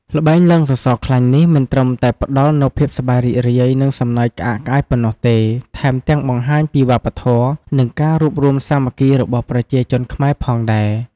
ល្បែងឡើងសសរខ្លាញ់នេះមិនត្រឹមតែផ្ដល់នូវភាពសប្បាយរីករាយ និងសំណើចក្អាកក្អាយប៉ុណ្ណោះទេ ថែមទាំងបង្ហាញពីវប្បធម៌ និងការរួបរួមសាមគ្គីរបស់ប្រជាជនខ្មែរផងដែរ។